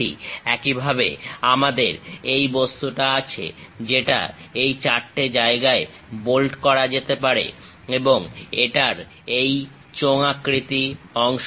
একইভাবে আমাদের এই বস্তুটা আছে যেটা এই চারটে জায়গায় বোল্ট করা যেতে পারে এবং এটার এই চোঙাকৃতি অংশটা আছে